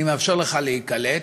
אני מאפשר לך להיקלט,